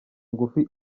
ngufi